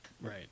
right